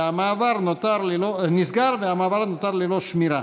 והמעבר נותר ללא שמירה.